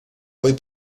hoy